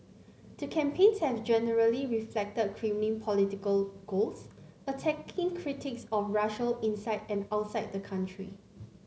the campaigns have generally reflected Kremlin political goals attacking critics of Russia inside and outside the country